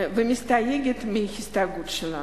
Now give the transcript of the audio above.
ומסתייגת מההסתייגויות שלנו.